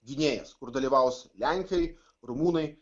gynėjas kur dalyvaus lenkai rumunai